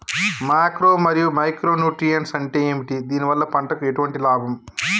Macro మరియు micro nutrients అంటే ఏమిటి? దీనివల్ల పంటకు ఎటువంటి లాభం?